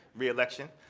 reelection.